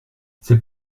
c’est